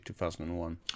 2001